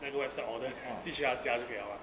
那个 website order 即使要加一秒 ah